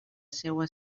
seua